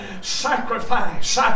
sacrifice